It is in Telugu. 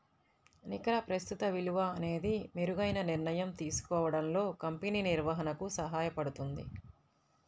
నికర ప్రస్తుత విలువ అనేది మెరుగైన నిర్ణయం తీసుకోవడంలో కంపెనీ నిర్వహణకు సహాయపడుతుంది